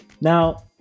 Now